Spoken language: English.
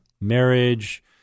Marriage